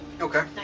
Okay